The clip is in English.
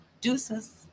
Deuces